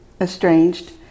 estranged